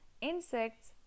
insects